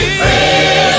free